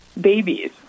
babies